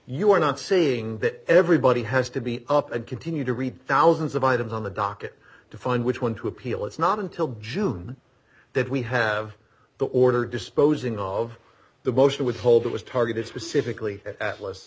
you are not seeing that everybody has to be up and continue to read thousands of items on the docket to find which one to appeal it's not until june that we have the order disposing of the motion withhold that was targeted specifically atlas